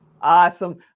Awesome